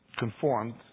conformed